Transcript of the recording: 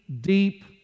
deep